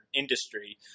industry